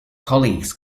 colleagues